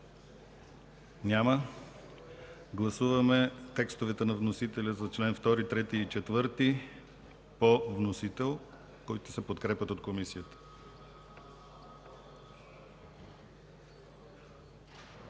Няма. Гласуваме текстовете на вносителя за членове 2, 3 и 4, които се подкрепят от Комисията.